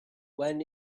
when